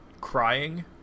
crying